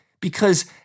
because-